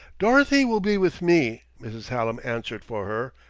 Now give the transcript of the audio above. dorothy will be with me, mrs. hallam answered for her,